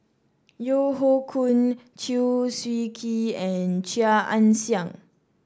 Yeo Hoe Koon Chew Swee Kee and Chia Ann Siang